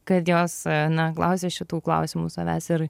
kad jos na klausia šitų klausimų savęs ir